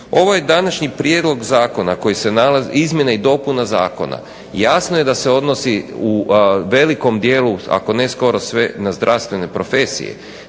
Ovo je današnji prijedlog zakona koji se nalazi, izmjena i dopuna zakona, jasno je da se odnosi u velikom dijelu, ako ne skoro sve, na zdravstvene profesije